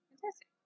Fantastic